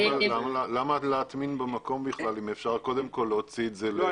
למה להטמין במקום אם אפשר קודם כל להוציא את זה לנזקקים?